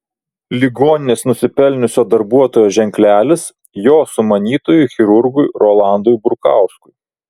ligoninės nusipelniusio darbuotojo ženklelis jo sumanytojui chirurgui rolandui burkauskui